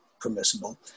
permissible